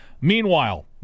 Meanwhile